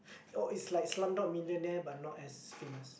oh it's like Slumdog-Millionaire but not as famous